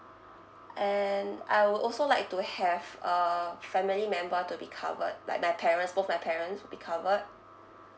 and I will also like to have uh family member to be covered like my parents both my parents will be covered